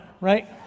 right